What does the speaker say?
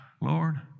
Lord